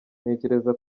ntekereza